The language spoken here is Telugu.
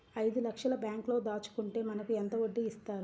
ఐదు లక్షల బ్యాంక్లో దాచుకుంటే మనకు ఎంత వడ్డీ ఇస్తారు?